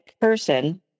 person